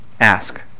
ask